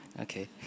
Okay